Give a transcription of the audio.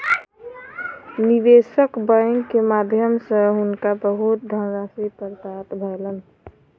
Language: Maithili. निवेशक बैंक के माध्यम सॅ हुनका बहुत धनराशि प्राप्त भेलैन